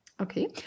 Okay